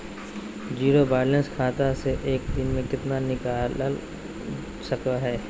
Zero balance खाता से एक दिन में कितना निकाल सको है?